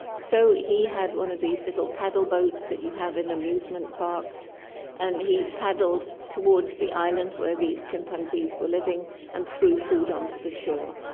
so he had one of these little paddle boats that you have in amusement parks and he paddled towards the island where these chimpanzees were living and threw food onto the shore.